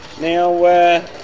Now